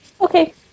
Okay